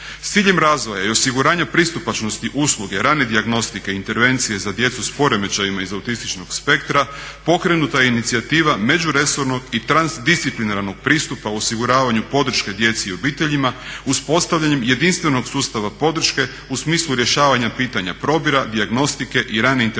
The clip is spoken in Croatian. S ciljem razvoja i osiguranja pristupačnosti usluge rane dijagnostike, intervencije za djecu sa poremećajima iz autističnog spektra pokrenuta je inicijativa međuresornog i transdisciplinarnog pristupa u osiguravanju podrške djeci i obiteljima uspostavljanjem jedinstvenog sustava podrške u smislu rješavanja pitanja probira, dijagnostike i rane intervencije.